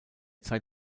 zeit